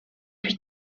huit